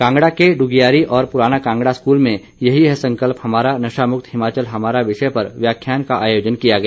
कांगड़ा के डुगियारी और पुराना कांगड़ा स्कूल में यही है संकल्प हमारा नशामुक्त हिमाचल हमारा विषय पर व्याख्यान का आयोजन किया गया